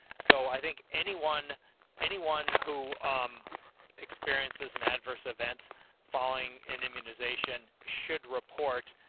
so i think anyone anyone who um experiences an adverse event following immunization, should report,